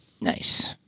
Nice